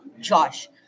josh